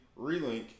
Relink